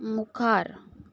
मुखार